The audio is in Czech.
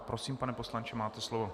Prosím, pane poslanče, máte slovo.